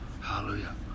Hallelujah